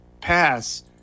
pass